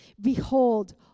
Behold